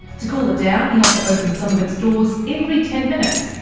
to cool it down, you have to open some of its doors every ten minutes,